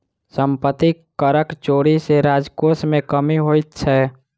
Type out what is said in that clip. सम्पत्ति करक चोरी सॅ राजकोश मे कमी होइत छै